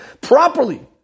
properly